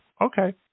Okay